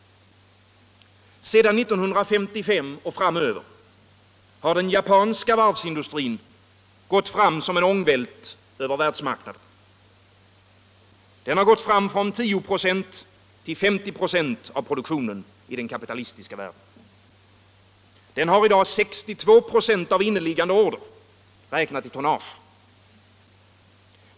Sedan 1955 har den japanska varvsindustrin gått fram som en ångvält över världsmarknaden. Den har gått fram från 10 96 till 50 96 av produktionen i den kapitalistiska världen. Den här i dag 62 96 av inneliggande order, räknat i tonnage.